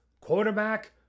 Quarterback